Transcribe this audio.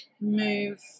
move